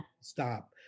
stop